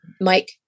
Mike